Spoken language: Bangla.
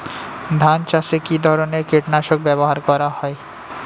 ধান চাষে কী ধরনের কীট নাশক ব্যাবহার করা হয়?